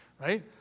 right